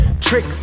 Trick